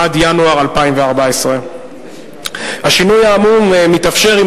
עד ינואר 2014. השינוי האמור מתאפשר עם